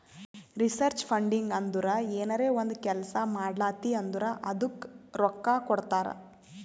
research funding ಅಂದುರ್ ಏನರೇ ಒಂದ್ ಕೆಲ್ಸಾ ಮಾಡ್ಲಾತಿ ಅಂದುರ್ ಅದ್ದುಕ ರೊಕ್ಕಾ ಕೊಡ್ತಾರ್